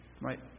Right